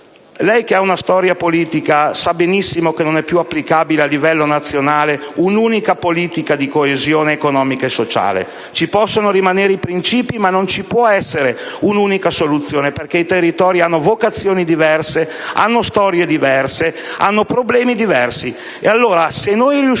Lei che ha una storia politica sa benissimo che a livello nazionale non è più applicabile un'unica politica di coesione economica e sociale. Possono rimanere i principi ma non può esserci un'unica soluzione, perché i territori hanno vocazioni diverse, hanno storie diverse, hanno problemi diversi.